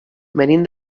venim